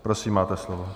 Prosím, máte slovo.